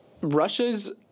Russia's